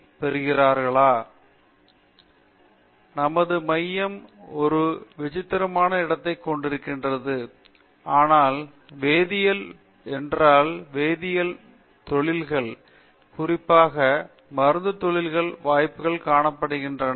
விஸ்வநாதன் நமது மையம் ஒரு விசித்திரமான இடத்தைக் கொண்டிருக்கிறது ஆனால் வேதியியல் என்றால் வேதியியல் தொழில்கள் குறிப்பாக மருந்துத் தொழில்களில் வாய்ப்புகள் காணப்படுகின்றன